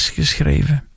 geschreven